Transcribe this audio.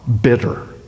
bitter